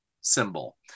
symbol